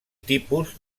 tipus